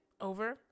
over